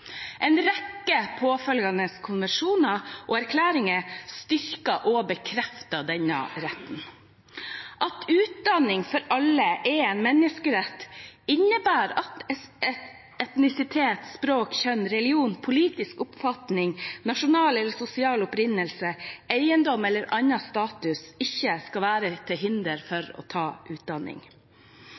En rekke påfølgende konvensjoner og erklæringer styrker og bekrefter denne retten. At utdanning for alle er en menneskerett, innebærer at etnisitet, språk, kjønn, religion, politisk oppfatning, nasjonal eller sosial opprinnelse, eiendom eller annen status ikke skal være til hinder for å ta utdanning.